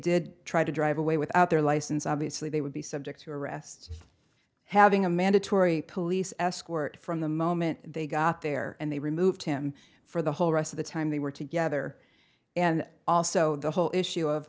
did try to drive away without their license obviously they would be subject to arrest having a mandatory police escort from the moment they got there and they removed him for the whole rest of the time they were together and also the whole issue of